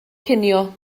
cinio